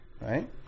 right